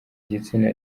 gitsina